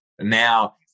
Now